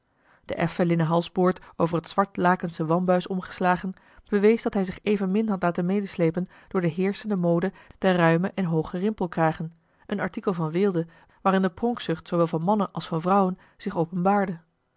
de effen linnen halsboord over het zwart lakensche wambuis omgeslagen bewees dat hij zich evenmin had laten medesleepen door de heerschende mode der ruime en hooge rimpelkragen een artikel van weelde waarin de pronkzucht zoowel van mannen als van vrouwen zich openbaarde